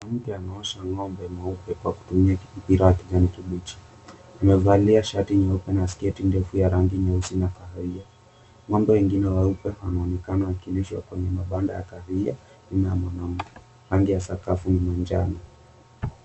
Mwanamke anaosha ng'ombe mweupe kwa kutumia mpira wa kijani kibichi. Amevalia shati nyeupe na sketi ndefu ya rangi nyeusi na kahawia. Ng'ombe wengine weupe wanaonekana wakilishwa kwenye mambanda ya kahawia nyuma ya mwanamke. Rangi ya sakafu ni manjano.